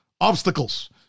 obstacles